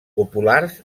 populars